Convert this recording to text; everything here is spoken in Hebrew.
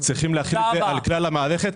צריכים להחיל את זה על כלל המערכת.